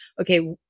okay